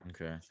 Okay